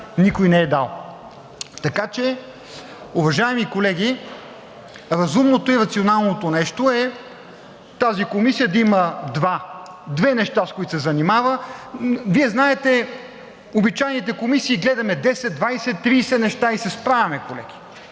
никой не е дал. Уважаеми колеги, разумното и рационалното нещо е тази комисия да има две неща, с които се занимава, а Вие знаете, че обичайните комисии гледаме 10, 20, 30 неща и се справяме, колеги.